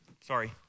sorry